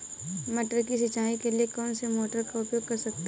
मटर की सिंचाई के लिए कौन सी मोटर का उपयोग कर सकते हैं?